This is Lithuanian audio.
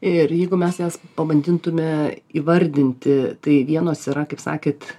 ir jeigu mes jas pabandytume įvardinti tai vienos yra kaip sakėt